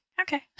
Okay